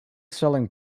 selling